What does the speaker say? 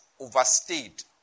overstayed